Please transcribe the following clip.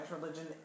religion